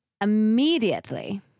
Immediately